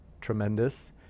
tremendous